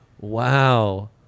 Wow